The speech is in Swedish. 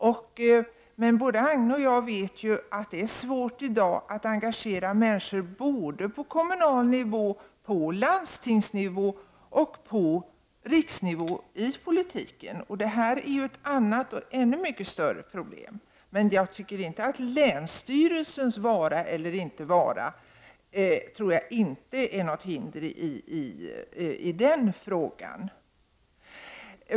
Både Agne Hansson och jag vet dock att det i dag är svårt att engagera människor i politiken både på kommunal nivå, på landstingsnivå och på riksnivå. Det är ett annat och ännu mycket större problem. Jag tror dock inte att länsstyrelsens vara eller inte vara är någon avgörande faktor i det sammanhanget.